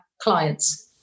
clients